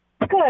Good